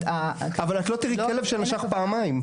אבל את לא תראי כלב שנשך פעמיים.